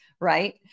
right